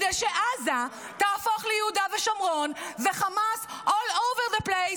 כדי שעזה תהפוך ליהודה ושומרון וחמאס all over the place,